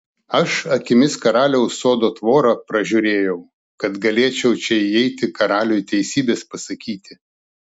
aš akimis karaliaus sodo tvorą pražiūrėjau kad galėčiau čia įeiti karaliui teisybės pasakyti